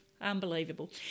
Unbelievable